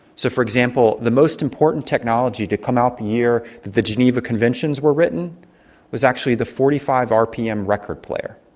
so, for example, the most important technology to come out the year that the geneva conventions were written was actually the forty five rpm record player.